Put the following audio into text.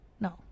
No